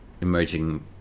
emerging